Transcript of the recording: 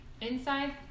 Inside